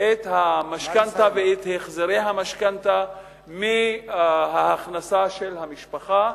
את המשכנתה ואת החזרי המשכנתה מההכנסה של המשפחה,